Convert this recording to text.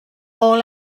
all